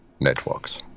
networks